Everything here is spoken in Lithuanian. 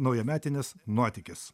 naujametinis nuotykis